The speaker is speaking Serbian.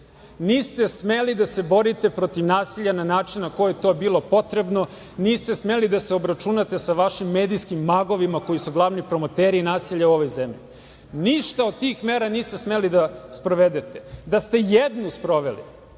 Niste smeli da se borite protiv nasilja na način na koji je to bilo potrebno. Niste smeli da se obračunate sa vašim medijskim magovima koji su glavni promoteri nasilja u ovoj zemlji. Ništa od tih mera niste smeli da sprovedete. Da ste jednu sproveli,